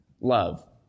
love